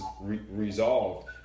resolved